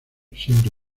siempre